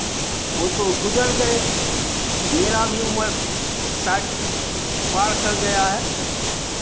वो तो गुज़र गए मेरा भी उम्र साठ पार गया है